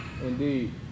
Indeed